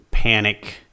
Panic